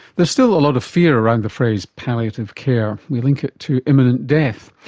there's still a lot of fear around the phrase palliative care. we link it to imminent death.